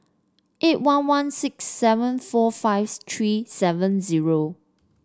eight one one six seven four five three seven zero